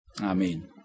Amen